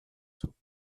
took